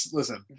listen